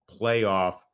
playoff